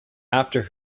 after